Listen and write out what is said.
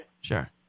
Sure